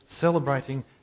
celebrating